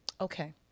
Okay